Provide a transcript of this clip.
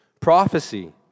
prophecy